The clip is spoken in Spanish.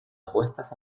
apuestas